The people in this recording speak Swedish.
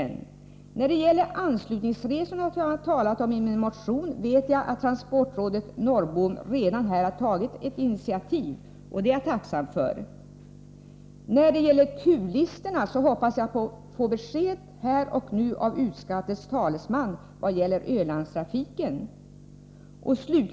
När det gäller anslutningsresorna, som jag har talat om i min motion, vet jag att transportrådet Norrbom redan har tagit ett initiativ, och det är jag tacksam för. När det gäller turlistorna för Ölandstrafiken hoppas jag få besked av utskottets talesman här och nu.